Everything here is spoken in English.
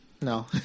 No